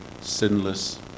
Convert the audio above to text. sinless